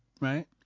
right